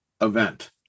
event